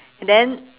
then